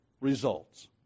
results